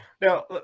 Now